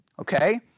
okay